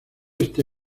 este